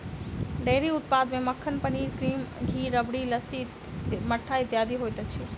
dairy उत्पाद मे मक्खन, पनीर, क्रीम, घी, राबड़ी, लस्सी, मट्ठा इत्यादि होइत अछि